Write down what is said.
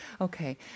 okay